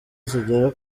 zigera